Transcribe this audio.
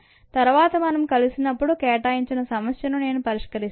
తరువాత మనం కలిసినప్పుడు కేటాయించిన సమస్యను నేను పరిష్కరిస్తాను